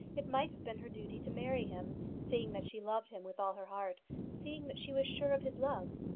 it might have been her duty to marry him, seeing that she loved him with all her heart seeing that she was sure of his love.